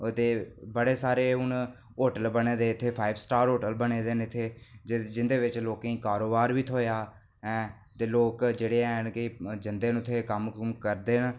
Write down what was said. ते बड़े सारे हून होटल बने दे इत्थै फाइव स्टार होटल बने दे इत्थै जिं'दे बिच लोकें गी कारोबार बी थ्होएआ ऐ लोक जेह्ड़े हैन कि उत्थै कम्म करदे न